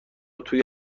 توی